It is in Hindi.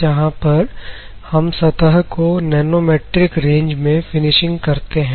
जहां पर हम सतह को नैनोमैट्रिक रेंज में फिनिशिंग करते हैं